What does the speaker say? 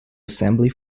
assembly